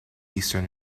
eastern